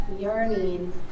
yearning